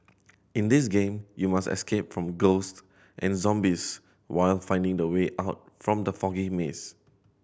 in this game you must escape from ghosts and zombies while finding the way out from the foggy maze